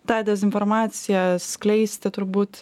tą dezinformaciją skleisti turbūt